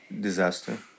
disaster